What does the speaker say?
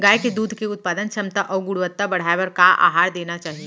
गाय के दूध के उत्पादन क्षमता अऊ गुणवत्ता बढ़ाये बर का आहार देना चाही?